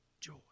Joy